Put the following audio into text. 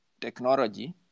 technology